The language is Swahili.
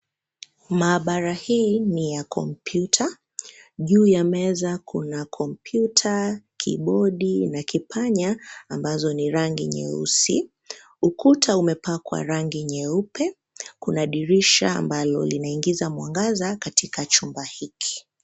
Maabara hii ni ya kompyuta, juu ya meza kuna kumpyuta, kibodi na kipanya ambazo ni rangi nyeusi. Ukuta umepakwa rangi nyeupe, kuna dirisha ambalo linaingiza mwangaza katika chumba hiki.